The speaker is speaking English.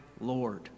Lord